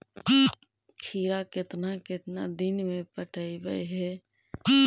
खिरा केतना केतना दिन में पटैबए है?